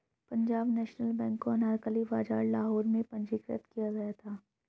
Punjab national bank को अनारकली बाजार लाहौर में पंजीकृत किया गया था